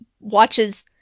watches